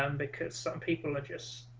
um because some people adjust